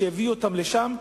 שהביאו לשם,